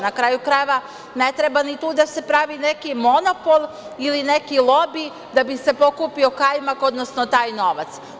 Na kraju krajeva, ne treba ni tu da se pravi neki monopol ili neki lobi da bi se pokupio kajmak, odnosno taj novac.